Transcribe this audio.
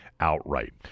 Outright